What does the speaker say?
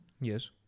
yes